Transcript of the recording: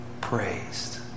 praised